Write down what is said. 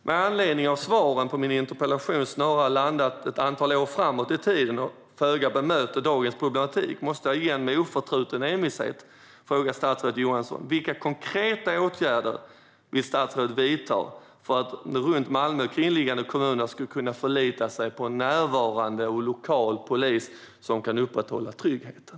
Med anledning av att svaren på min interpellation snarare landar ett antal år framåt i tiden och föga bemöter dagens problematik måste jag åter och med oförtruten envishet fråga statsrådet Johansson: Vilka konkreta åtgärder vill statsrådet vidta för att runt Malmö kringliggande kommuner ska kunna förlita sig på en närvarande och lokal polis som kan upprätthålla tryggheten?